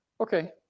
Okay